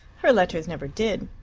her letters never did.